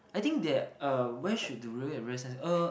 I think there uh where should do really have real sense uh